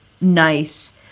nice